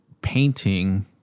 painting